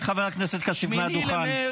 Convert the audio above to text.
משפט סיום, משפט סיום.